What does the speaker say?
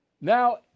Now